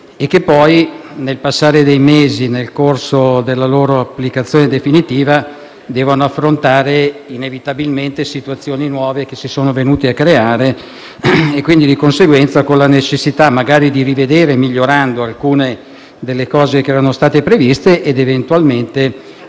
e che poi, nel passare dei mesi, nel corso della loro applicazione definitiva, devono affrontare inevitabilmente situazioni nuove che si sono venute a creare e quindi con la necessità magari di rivedere, migliorandole, alcune delle cose che erano state previste ed eventualmente